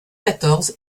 quatorze